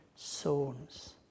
zones